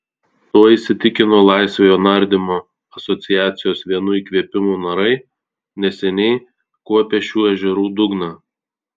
tuo įsitikino laisvojo nardymo asociacijos vienu įkvėpimu narai neseniai kuopę šių ežerų dugną